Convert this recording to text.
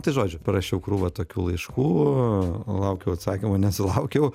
tai žodžiu parašiau krūvą tokių laiškų laukiau atsakymo nesulaukiau